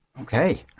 Okay